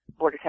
Bordertown